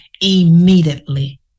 immediately